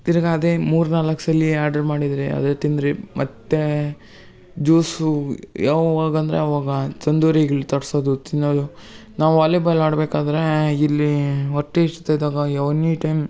ತಿರ್ಗಿ ಅದೇ ಮೂರು ನಾಲ್ಕು ಸಲ ಆರ್ಡ್ರ್ ಮಾಡಿದ್ವಿ ಅದೇ ತಿಂದ್ವಿ ಮತ್ತು ಜ್ಯೂಸು ಯಾವಾಗ ಅಂದರೆ ಅವಾಗ ತಂದೂರಿಗಳು ತರಿಸೋದು ತಿನ್ನೋದು ನಾವು ವಾಲಿಬಾಲ್ ಆಡ್ಬೇಕಾದರೆ ಇಲ್ಲಿ ಹೊಟ್ಟೆ ಹಸಿತ ಇದ್ದಾಗ ಯವನ್ನಿ ಟೈಮ್